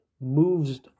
moves